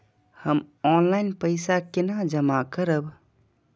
हम ऑनलाइन पैसा केना जमा करब?